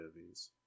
movies